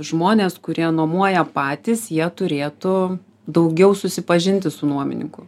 žmonės kurie nuomoja patys jie turėtų daugiau susipažinti su nuomininku